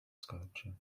sculpture